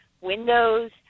Windows